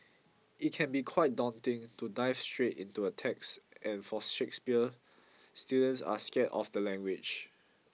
it can be quite daunting to dive straight into a text and for Shakespeare students are scared of the language